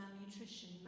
malnutrition